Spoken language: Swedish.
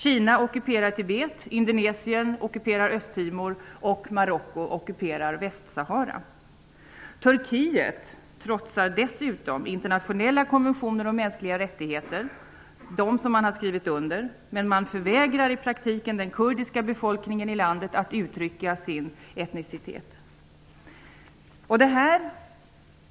Kina ockuperar Tibet, Indonesien ockuperar Östtimor och Marocko ockuperar Västsahara. Turkiet trotsar dessutom internationella konventioner om mänskliga rättigheter som man har skrivit under. Man förvägrar i praktiken den kurdiska befolkningen i landet att uttrycka sin etniska identitet.